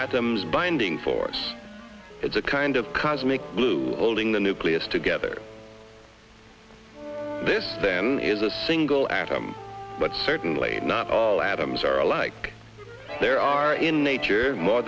atoms binding force it's a kind of cosmic blue holding the nucleus together this then is a single atom but certainly not all atoms are alike there are in nature more